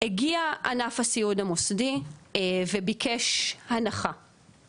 הגיע ענף הסיעוד המוסדי וביקש הנחה,